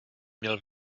měl